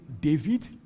David